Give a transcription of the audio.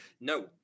no